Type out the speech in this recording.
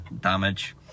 damage